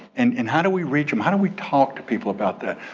and and how do we reach them? how do we talk to people about that?